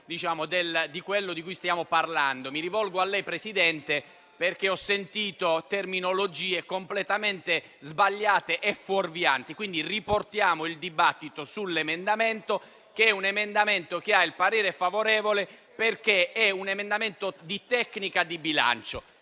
sui corretti binari. Mi rivolgo a lei, Presidente, perché ho sentito terminologie completamente sbagliate e fuorvianti. Riportiamo il dibattito sull'emendamento, che ha il parere favorevole perché è un emendamento di tecnica di bilancio.